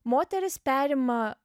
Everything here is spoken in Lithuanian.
moterys perima